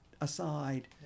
aside